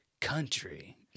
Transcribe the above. country